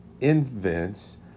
invents